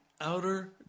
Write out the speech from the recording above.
outer